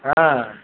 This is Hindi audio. हाँ